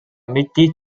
mitglied